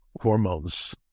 hormones